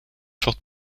forte